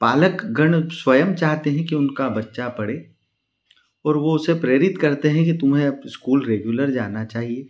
पालकगण स्वयं चाहते हैं कि उनका बच्चा पढ़े और वह उसे प्रेरित करते हैं कि तुम्हें अब स्कूल रेगुलर जाना चाहिए